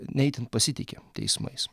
ne itin pasitiki teismais